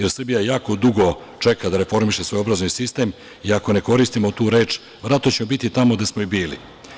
Srbija jako dugo čeka da reformiše svoj obrazovni sistem i ako ne koristimo tu reč verovatno ćemo biti tamo gde smo i bili.